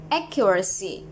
Accuracy